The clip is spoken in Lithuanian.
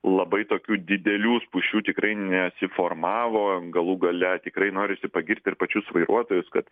labai tokių didelių spūsčių tikrai nesiformavo galų gale tikrai norisi pagirti ir pačius vairuotojus kad